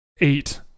eight